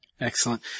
Excellent